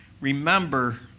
Remember